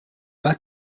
pas